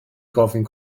gofyn